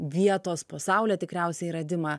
vietos pasaulio tikriausiai radimą